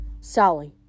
Sally